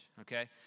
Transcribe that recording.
okay